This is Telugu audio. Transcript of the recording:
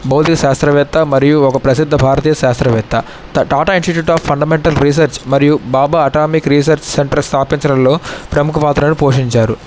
భౌతిక శాస్త్రవేత్త మరియు ఒక ప్రసిద్ధ భారతీయ శాస్త్రవేత్త Tata institute of fundamental research మరియు బాబా అటామిక్ రీసర్చ్ సెంటర్ స్థాపించడంలో ప్రముఖ పాత్రను పోషించారు